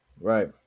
right